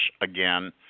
again